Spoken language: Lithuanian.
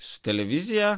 su televizija